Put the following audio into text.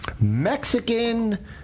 Mexican